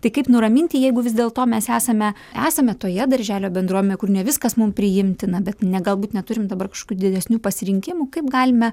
tai kaip nuraminti jeigu vis dėlto mes esame esame toje darželio bendruomenėj kur ne viskas mum priimtina bet ne galbūt neturim dabar kažkokių didesnių pasirinkimų kaip galime